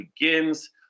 begins